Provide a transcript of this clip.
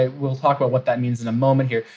ah we'll talk about what that means in a moment here.